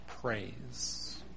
praise